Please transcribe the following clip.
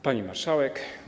Pani Marszałek!